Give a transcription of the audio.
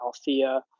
Althea